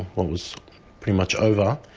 well it was pretty much over,